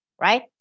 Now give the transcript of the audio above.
right